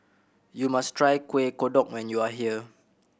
you must try Kuih Kodok when you are here